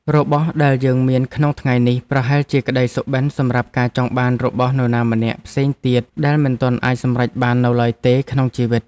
របស់ដែលយើងមានក្នុងថ្ងៃនេះប្រហែលជាក្ដីសុបិនសម្រាប់ការចង់បានរបស់នរណាម្នាក់ផ្សេងទៀតដែលមិនទាន់អាចសម្រេចបាននៅឡើយទេក្នុងជីវិត។